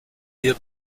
hier